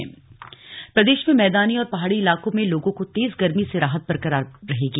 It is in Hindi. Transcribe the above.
मौसम प्रदेश में मैदानी और पहाड़ी इलाकों में लोगों को तेज गरमी से राहत बरकरार रहेगी